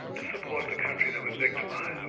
to support the country that was victimised,